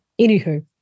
anywho